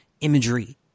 imagery